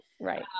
Right